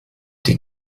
die